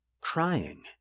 crying